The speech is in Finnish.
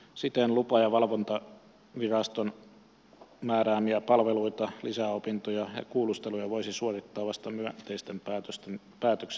siten lupa ja valvontaviraston määräämiä palveluita lisäopintoja ja kuulusteluja voisi suorittaa vasta myönteisen päätöksen jälkeen